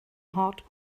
heart